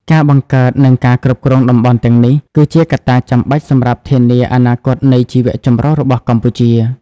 ការបង្កើត និងការគ្រប់គ្រងតំបន់ទាំងនេះ គឺជាកត្តាចាំបាច់សម្រាប់ធានាអនាគតនៃជីវៈចម្រុះរបស់កម្ពុជា។